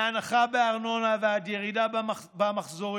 מהנחה בארנונה ועד ירידה במחזורים,